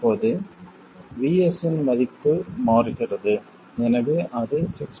இப்போது VS இன் மதிப்பு மாறுகிறது எனவே அது 6